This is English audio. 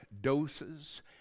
doses